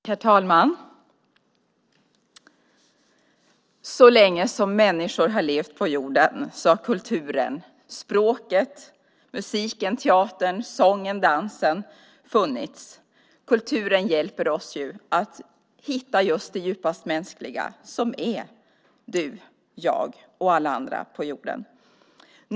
Herr talman! Så länge som människor har levt på jorden har kulturen - språket, musiken teatern, sången och dansen - funnits. Kulturen hjälper oss att hitta just det djupast mänskliga, som är du, jag och alla andra på jorden.